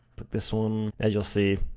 put this one. as you'll see,